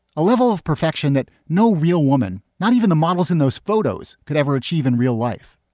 a level of perfection that no real woman, not even the models in those photos could ever achieve in real life.